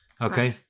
Okay